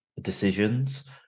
decisions